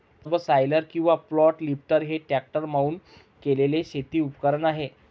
subsoiler किंवा flat lifter हे tractor mount केलेले शेती उपकरण आहे